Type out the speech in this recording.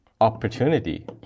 opportunity